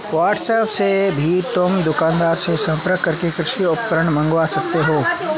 WhatsApp से भी तुम दुकानदार से संपर्क करके कृषि उपकरण मँगवा सकते हो